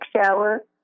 shower